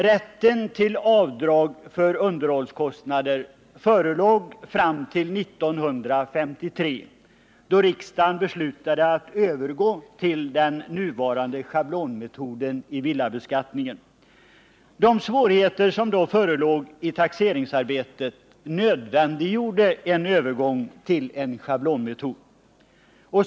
Rätten till avdrag för underhållskostnader förelåg fram till 1953, då riksdagen beslutade att övergå till den nuvarande schablonmetoden i villabeskattningen. De svårigheter som då förelåg i taxeringsarbetet nödvändiggjorde en övergång till en schablonmetod.